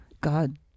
God